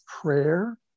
prayer